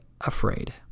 afraid